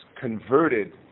converted